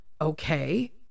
Okay